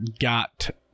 got